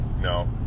no